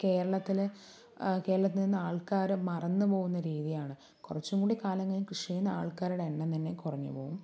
കേരളത്തിലെ കേരളത്തില് ഇന്ന് ആള്ക്കാർ മറന്നു പോകുന്ന രീതിയാണ് കുറച്ചും കൂടി കാലങ്ങള് കൃഷി ചെയ്യുന്ന ആള്ക്കാരുടെ എണ്ണം തന്നെ കുറഞ്ഞു പോകും